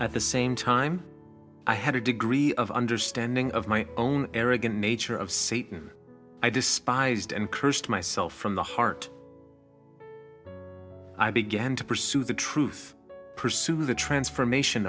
at the same time i had a degree of understanding of my own arrogant nature of satan i despised and cursed myself from the heart i began to pursue the truth pursue the transformation